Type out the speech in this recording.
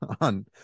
on